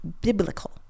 Biblical